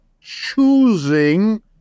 choosing